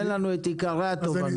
תן לנו את עיקרי התובנות,